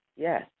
Yes